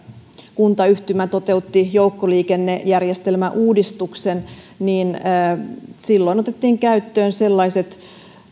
kuntayhtymä toteutti joukkoliikennejärjestelmäuudistuksen niin silloin otettiin käyttöön sellaiset